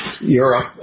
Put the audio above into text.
Europe